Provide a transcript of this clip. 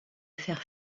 faire